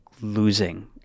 losing